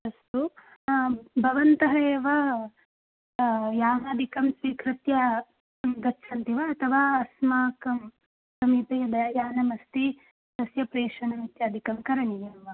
अस्तु भवन्तः एव यानादिकं स्वीकृत्य इदं गच्छन्ति वा अथवा अस्माकं समीपे यानमस्ति तत् प्रेषणम् इत्यादिकं करणीयं वा